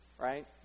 Right